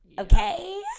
okay